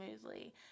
smoothly